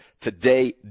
today